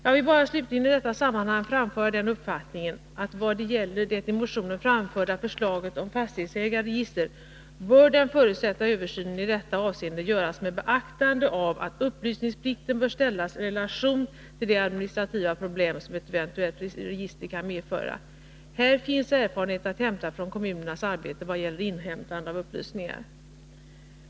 Jag vill bara slutligen i detta sammanhang framföra den uppfattningen att vad gäller det i motionen framförda förslaget om fastighetsägarregister bör den förutsatta översynen i detta avseende göras med beaktande av att upplysningsplikten bör ställas i relation till de administrativa problem ett eventuellt register kan medföra. Här finns erfarenheter att hämta från kommunernas arbete vad det gäller inhämtandet av upplysningar.